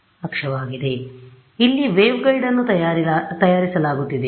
ಆದ್ದರಿಂದ ಇಲ್ಲಿ ವೇವ್ಗೈಡ್ಅನ್ನು ತಯಾರಿಸಲಾಗುತ್ತಿದೆ